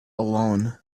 alone